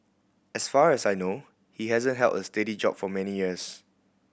as far as I know he hasn't held a steady job for many years